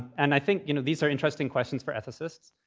and i think you know these are interesting questions for ethicists.